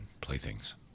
playthings